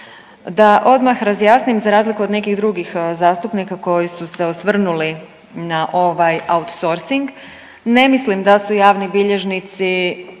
Da odmah razjasnim za razliku od nekih drugih zastupnika koji su se osvrnuli na ovaj outsourcing. Ne mislim da su javni bilježnici